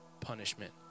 punishment